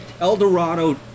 Eldorado